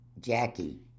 Jackie